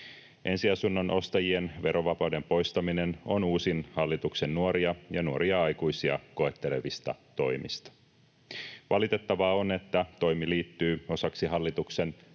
Ensiasunnon ostajien verovapauden poistaminen on uusin hallituksen nuoria ja nuoria aikuisia koettelevista toimista. Valitettavaa on, että toimi liittyy osaksi hallituksen hyvin